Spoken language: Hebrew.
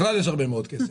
בכלל יש הרבה כסף,